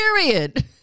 Period